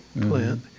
plant